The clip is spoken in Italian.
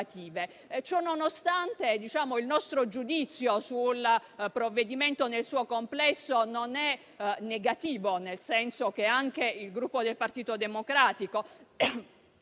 Ciononostante, il nostro giudizio sul provvedimento nel suo complesso non è negativo, nel senso che anche il Gruppo Partito Democratico